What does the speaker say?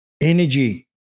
energy